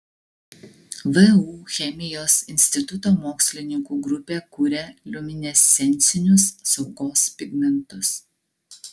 vu chemijos instituto mokslininkų grupė kuria liuminescencinius saugos pigmentus